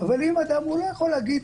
אבל אדם לא יהודי לא יכול להגיד את